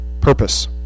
purpose